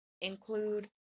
include